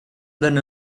than